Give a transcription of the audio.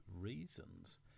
reasons